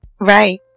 Right